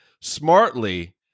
smartly